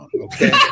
okay